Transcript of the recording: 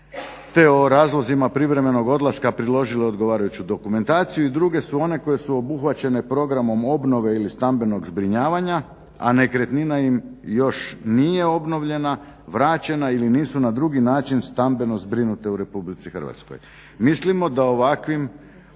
te o razlozima privremenog odlaska priložile odgovarajuću dokumentaciju i druge su one koje su obuhvaćene programom obnove i stambenog zbrinjavanja a nekretnina im još nije obnovljena i vraćena ili nisu na drugi način stambeno zbrinute u RH. Mislimo da ovakvom